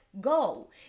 go